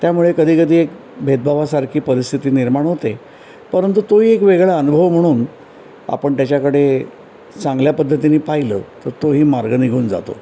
त्यामुळे कधी कधी एक भेदभावासारखी परिस्थिती निर्माण होते परंतु तोही एक वेगळा अनुभव म्हणून आपण त्याच्याकडे चांगल्या पद्धतीनी पाहिलं तर तोही मार्ग निघून जातो